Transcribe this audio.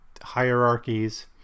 hierarchies